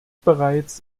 bereits